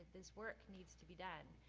this work needs to be done.